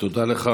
תודה לך.